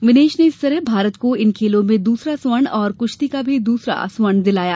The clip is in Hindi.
विनेश ने इस तरह भारत को इन खेलों में दूसरा स्वर्ण और कुश्ती का भी दूसरा स्वर्ण दिलाया